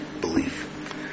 belief